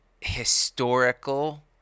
historical